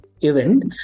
event